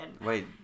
Wait